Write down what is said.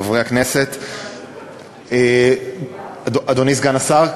חברי הכנסת אדוני סגן השר,